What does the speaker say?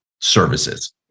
services